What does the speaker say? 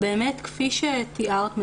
כפי שתיארת,